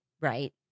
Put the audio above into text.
right